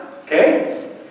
Okay